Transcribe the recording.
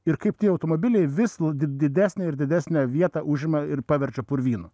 ir kaip tie automobiliai vis did didesnę ir didesnę vietą užima ir paverčia purvynu